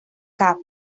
cap